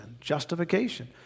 Justification